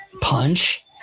punch